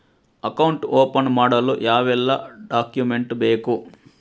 Account open ಮಾಡಲು ಯಾವೆಲ್ಲ document ಬೇಕು?